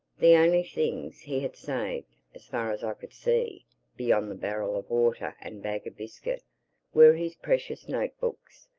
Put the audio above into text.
the only things he had saved, as far as i could see beyond the barrel of water and bag of biscuit were his precious note-books.